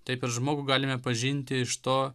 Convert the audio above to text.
taip ir žmogų galime pažinti iš to